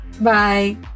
Bye